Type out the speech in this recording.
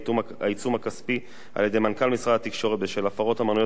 עיצום כספי על-ידי מנכ"ל משרד התקשורת בשל הפרות המנויות